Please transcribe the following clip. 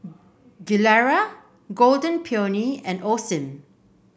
Gilera Golden Peony and Osim